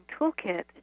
toolkit